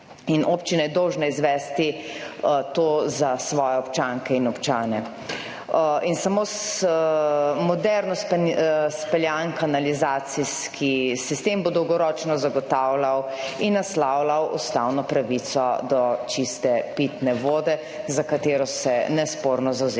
in občina je dolžna izvesti to za svoje občanke in občane. Samo z moderno speljan kanalizacijski sistem bo dolgoročno zagotavljal in naslavljal ustavno pravico do čiste pitne vode, za katero se nesporno zavzemamo